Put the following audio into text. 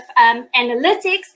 analytics